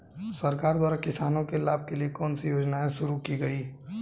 सरकार द्वारा किसानों के लाभ के लिए कौन सी योजनाएँ शुरू की गईं?